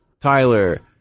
Tyler